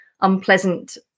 unpleasant